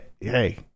hey